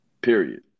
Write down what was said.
Period